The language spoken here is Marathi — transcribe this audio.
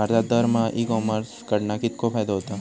भारतात दरमहा ई कॉमर्स कडणा कितको फायदो होता?